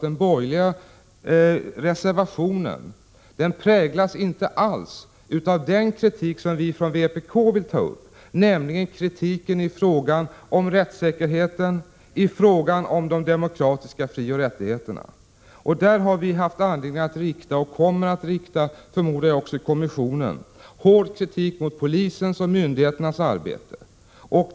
Den borgerliga reservationen präglas inte alls av den kritik som vi från vpk vill ta upp, nämligen kritik i fråga om rättssäkerheten och de demokratiska frioch rättigheterna. Där har vi haft anledning att rikta och kommer förmodligen också i kommissionen att rikta hård kritik mot polisens och myndigheternas arbete.